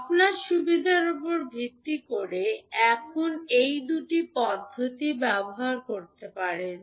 আপনার সুবিধার উপর ভিত্তি করে এখন এই দুটি পদ্ধতি ব্যবহার করতে পারেন